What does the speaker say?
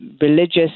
religious